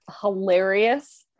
hilarious